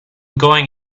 going